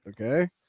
Okay